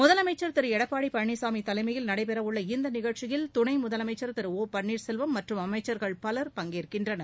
முதலமைச்ச் திரு எடப்பாடி பழனிளமி தலைமையில் நடைபெறவுள்ள இந்த நிகழ்ச்சியில் துணை முதலமைச்சள் திரு ஓ பள்ளீர்செல்வம் மற்றும் அமைச்சள்கள் பலர் பங்கேற்கின்றனர்